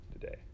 today